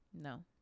No